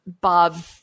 Bob